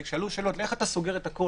שאלו שאלות: איך אתה סוגר את הכול?